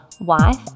wife